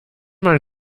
man